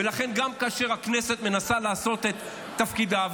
ולכן גם כאשר הכנסת מנסה לעשות את תפקידה,